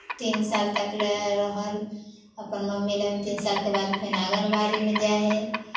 तीन साल तक लए रहल अपन मम्मी लग तीन सालके बाद फेर आङ्गनबाड़ीमे जाइ हइ